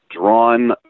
drawn